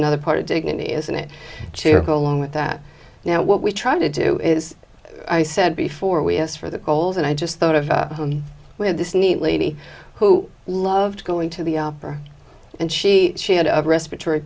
another part of dignity isn't it to go along with that now what we try to do is i said before we as for the goals and i just thought of them with this neatly who loved going to the opera and she she had a respiratory